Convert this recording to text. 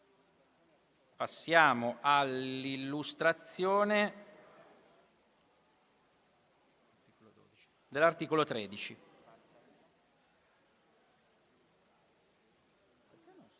Passiamo alla votazione dell'articolo 13.